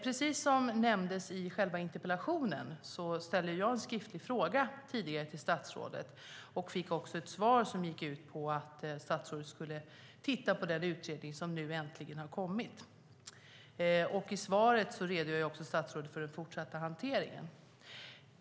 Precis som nämndes i interpellationen ställde jag tidigare en skriftlig fråga till statsrådet och fick ett svar som gick ut på att statsrådet skulle titta på den utredning som nu äntligen har kommit. I svaret redogör statsrådet också för den fortsatta hanteringen.